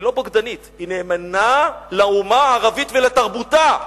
היא לא בוגדנית, היא נאמנה לאומה הערבית ולתרבותה,